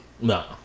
No